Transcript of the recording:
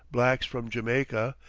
blacks from jamaica,